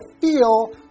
feel